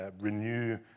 renew